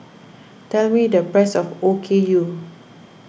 tell me the price of Okayu